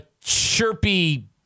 chirpy